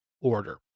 order